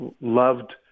loved